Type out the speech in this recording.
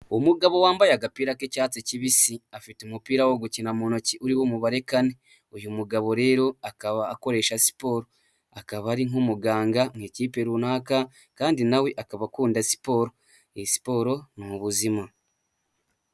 Umugabo wambaye agapira k'icyatsi kibisi afite umupira wo gukina mu ntoki uri umubare kane, uyu mugabo rero akaba akoresha siporo akaba ari nk'umuganga mu ikipe runaka kandi nawe akaba akunda siporo, iyi siporo ni ubuzima.